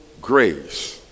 Grace